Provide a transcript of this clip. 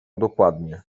dokładnie